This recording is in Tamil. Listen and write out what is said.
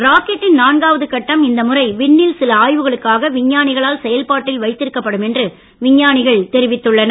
ராக்கெட்டின் நான்காவது கட்டம் இந்த முறை விண்ணில் சில ஆய்வுகளுக்காக விஞ்ஞானிகளால் செயல்பாட்டில் வைத்திருக்கப்படும் என்று விஞ்ஞானிகள் தெரிவித்துள்ளனர்